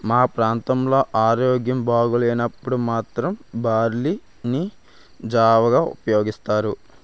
మా ప్రాంతంలో ఆరోగ్యం బాగోలేనప్పుడు మాత్రమే బార్లీ ని జావగా ఉపయోగిస్తారు